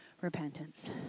repentance